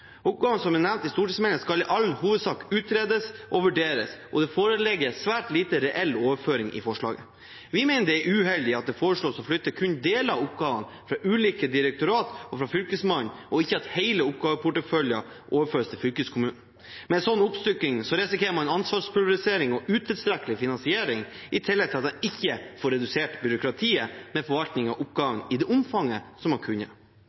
oppgaven. Vi er derfor skuffet over regjeringens forslag til oppgaveoverføring, og mener det foreslås for små og for få oppgaver. Oppgavene som er nevnt i stortingsmeldingen, skal i all hovedsak utredes og vurderes, og det foreligger svært lite reell overføring i forslaget. Vi mener det er uheldig at det foreslås å flytte kun deler av oppgavene fra ulike direktorater og fra Fylkesmannen, og at ikke hele oppgaveporteføljer overføres til fylkeskommunene. Med en slik oppstykking risikerer man ansvarspulverisering og utilstrekkelig finansiering, i tillegg får en ikke redusert byråkratiet